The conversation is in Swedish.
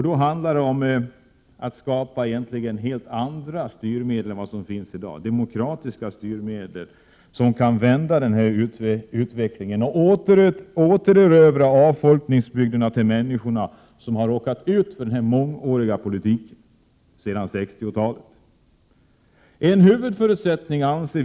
Det handlar om att skapa helt andra styrmedel än de som finns i dag, demokratiska styrmedel som kan vända utvecklingen och återerövra avfolkningsbygderna till de människor som drabbats av denna politik, vilken förts under många år, sedan 1960-talet.